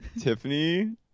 Tiffany